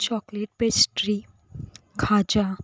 chocolate pastry Khaja